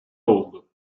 oldu